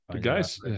guys